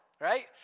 right